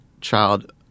child